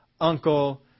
uncle